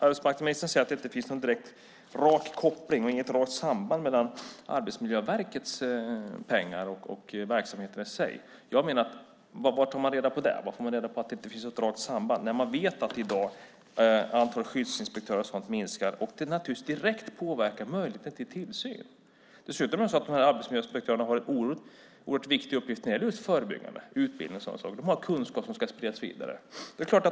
Arbetsmarknadsministern säger att det inte finns någon direkt rak koppling och inte något rakt samband mellan Arbetsmiljöverkets pengar och verksamheterna i sig. Var tar man reda på det? Var får man reda på att det inte finns något rakt samband? Man vet ju att antalet skyddsinspektörer i dag minskar och att det direkt påverkar möjligheterna till tillsyn. Dessutom har dessa arbetsmiljöinspektörer en oerhört viktig uppgift när det gäller just förebyggande, utbildning och så. De har kunskap som ska spridas vidare.